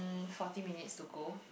forty minutes to go